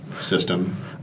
system